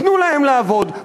תנו להם לעבוד,